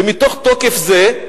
ומתוך תוקף זה,